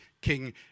King